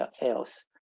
else